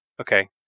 Okay